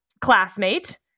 classmate